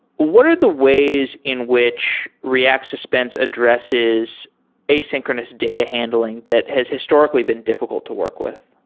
what are the ways in which react suspense addresses asynchronous data handling that has historically been diffi cult to work with?